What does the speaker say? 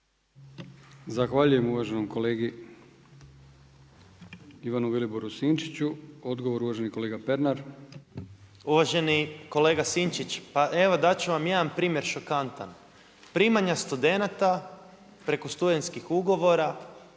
Zahvaljujem uvaženom kolegi Ivanu Viliboru Sinčiću. Odgovor uvaženi kolega Pernar. **Pernar, Ivan (Živi zid)** Uvaženi kolega Sinčić, pa evo dati ću vam jedan primjer šokantan, primanja studenata preko studentskih ugovora